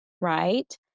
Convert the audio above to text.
right